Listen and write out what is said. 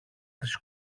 τις